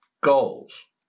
Goals